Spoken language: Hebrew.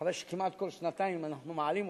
אחרי שכמעט כל שנתיים אנחנו מעלים אותו,